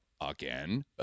again